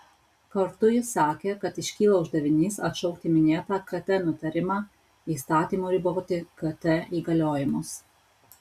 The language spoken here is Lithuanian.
kartu jis sakė kad iškyla uždavinys atšaukti minėtą kt nutarimą įstatymu riboti kt įgaliojimus